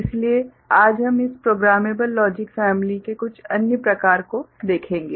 इसलिए आज हम इस प्रोग्रामेबल लॉजिक फैमिली के कुछ अन्य प्रकार को देखेंगे